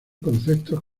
conceptos